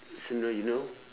so now you know